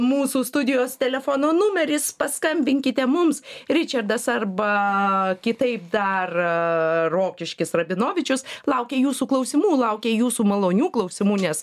mūsų studijos telefono numeris paskambinkite mums ričardas arba kitaip dar rokiškis rabinovičius laukia jūsų klausimų laukia jūsų malonių klausimų nes